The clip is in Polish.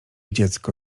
dziecko